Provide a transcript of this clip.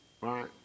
Right